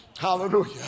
hallelujah